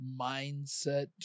mindset